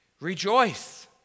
Rejoice